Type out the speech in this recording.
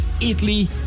Italy